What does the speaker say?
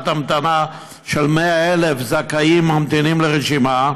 המתנה של 100,000 זכאים ממתינים ברשימה.